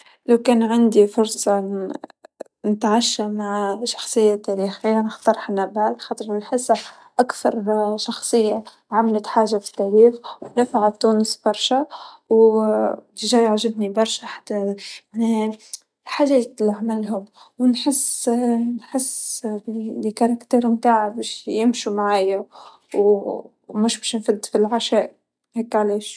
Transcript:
مع تجد انه شخصية تعريفية واحدة راح تكفيني. اننا لازم نحكي على التخصصات اللي ابي اقابلها اول شي. مين راح اقابل من الشخصيات العلمية? عندي لسة طويلة من احقابي من الشخصيات السياسية الشخصيات لكن تحكي لي شخصية طائفية وحدة? لا ما اظن انها راح تكفيني. ابي زيادة بعد